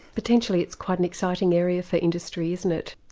potentially it's quite an exciting area for industry isn't it?